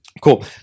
cool